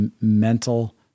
mental